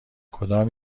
کدام